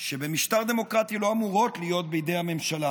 שבמשטר דמוקרטי לא אמורות להיות בידי הממשלה,